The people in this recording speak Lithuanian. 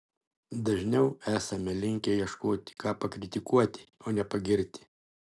dažniau esame linkę ieškoti ką pakritikuoti o ne pagirti